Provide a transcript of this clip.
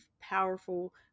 powerful